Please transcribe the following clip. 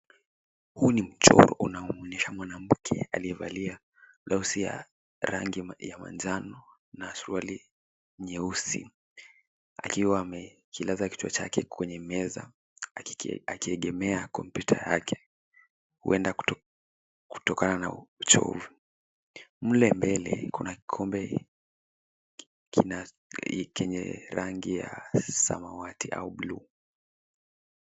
Huu ni mchoro unaoonyesha mwanamke aliyevalia blauzi ya rangi ya manjano na suruali nyeusi, akiwa amekilaza kichwa chake kwenye meza, akiegemea kompyuta yake. Huenda kutokana na uchovu. Mle mbele kuna kikombe kenye kina rangi ya samawati au buluu.